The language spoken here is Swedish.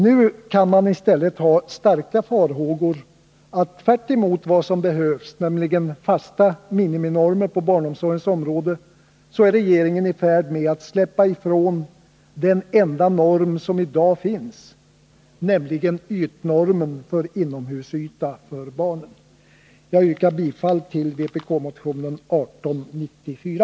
Nu kan vi i stället ha starka farhågor för att regeringen, tvärtemot vad som behövs — nämligen fasta miniminormer på barnomsorgens område — är i färd med att släppa den enda norm som i dag finns, nämligen ytnormen för inomhusyta för barnen. Jag yrkar bifall till vpk-motionen 1894.